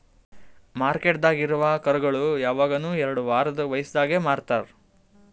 ಮಾರ್ಕೆಟ್ದಾಗ್ ಇರವು ಕರುಗೋಳು ಯವಗನು ಎರಡು ವಾರದ್ ವಯಸದಾಗೆ ಮಾರ್ತಾರ್